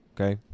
okay